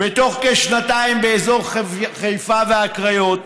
בתוך כשנתיים, באזור חיפה והקריות,